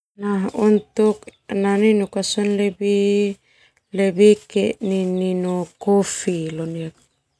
Nininuk sona lebih ke ninu kofi.